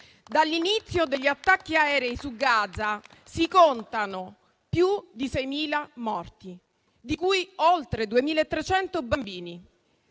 Dall'inizio degli attacchi aerei su Gaza si contano più di 6.000 morti, oltre 2.300 dei